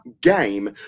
game